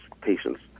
patients